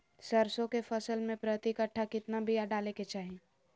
सरसों के फसल में प्रति कट्ठा कितना बिया डाले के चाही?